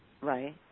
Right